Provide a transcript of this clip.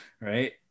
right